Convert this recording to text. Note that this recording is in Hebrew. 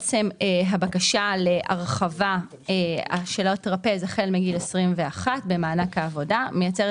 עצם העובדה שיש שיפוע בטרפז ממשיכה את